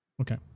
Okay